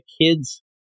kids